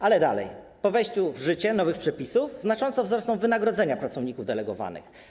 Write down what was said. Ale dalej: po wejściu w życie nowych przepisów znacząco wzrosną wynagrodzenia pracowników delegowanych.